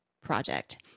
project